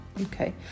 Okay